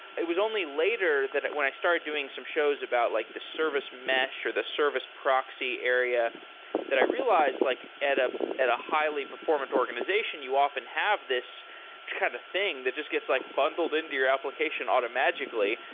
it was only later that when i started doing some shows about like the service mesh or the service proxy area that i realized, like at ah at a highly performant organization, you often have this kind of thing that just gets like bundled into your application auto-magically.